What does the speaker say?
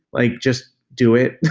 like just do it